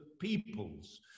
peoples